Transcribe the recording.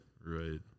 Right